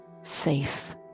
safe